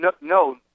no